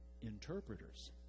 interpreters